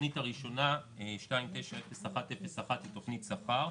והתוכנית הראשונה 29-01-01 זאת תוכנית שכר.